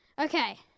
Okay